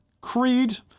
Creed